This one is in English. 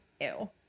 ew